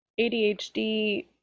ADHD